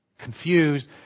Confused